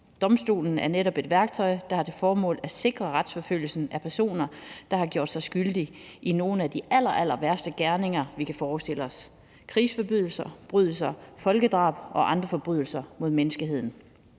Domstolen er netop et værktøj, der har til formål at sikre retsforfølgelse af personer, der har gjort sig skyldige i nogle af de allerallerværste gerninger, vi kan forestille os: krigsforbrydelser, folkedrab og andre forbrydelser mod menneskeheden.